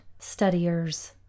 studiers